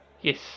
Yes